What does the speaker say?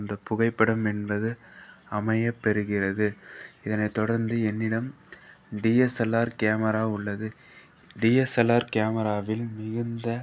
அந்த புகைப்படம் என்பது அமைய பெறுகிறது இதனைத் தொடர்ந்து என்னிடம் டிஎஸ்எல்ஆர் கேமரா உள்ளது டிஎஸ்எல்ஆர் கேமராவில் மிகுந்த